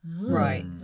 Right